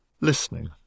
listening